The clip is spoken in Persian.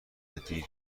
دیر